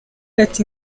ati